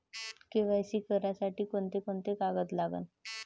KYC करासाठी कोंते कोंते कागद लागन?